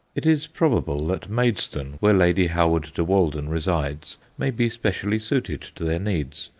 it is probable that maidstone, where lady howard de walden resides, may be specially suited to their needs,